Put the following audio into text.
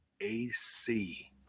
AC